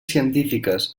científiques